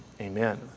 Amen